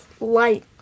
light